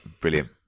brilliant